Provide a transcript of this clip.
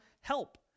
help